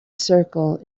circle